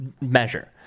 measure